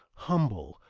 humble,